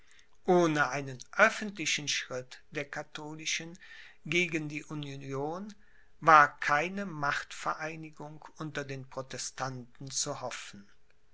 ohne einen öffentlichen schritt der katholischen gegen die union war keine machtvereinigung unter den protestanten zu hoffen